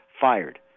fired